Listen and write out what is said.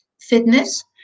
fitness